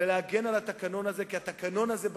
ולהגן על התקנון הזה,